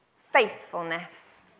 faithfulness